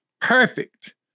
perfect